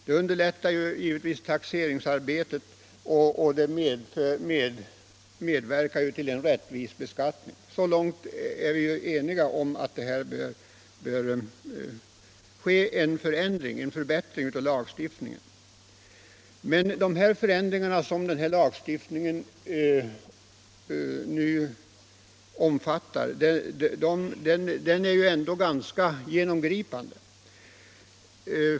Det underlättar taxeringsarbetet och medverkar till en rättvis beskattning. Så långt är vi eniga om att det bör bli en förändring — och en förbättring — av lagstiftningen. Men de förändringar av lagstiftningen som nu föreslås är ju ändå ganska genomgripande.